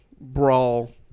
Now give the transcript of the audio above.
brawl